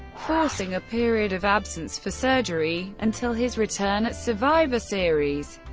forcing a period of absence for surgery, until his return at survivor series.